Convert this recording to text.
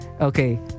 okay